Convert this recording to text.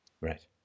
Right